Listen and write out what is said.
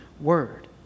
Word